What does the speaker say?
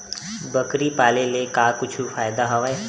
बकरी पाले ले का कुछु फ़ायदा हवय?